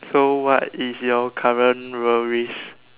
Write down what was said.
so what is your current worries